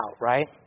right